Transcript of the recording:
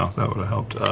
ah that would've helped,